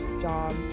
job